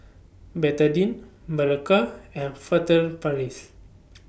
Betadine Berocca and Furtere Paris